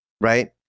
Right